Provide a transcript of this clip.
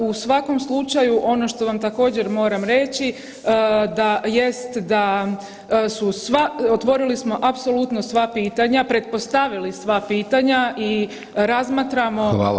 U svakom slučaju ono što vam također moram reći, jest da otvorili smo apsolutno sva pitanja, pretpostavili sva pitanja i razmatramo